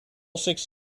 six